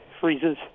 freezes